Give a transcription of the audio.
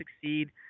succeed